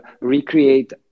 recreate